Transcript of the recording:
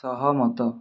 ସହମତ